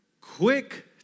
quick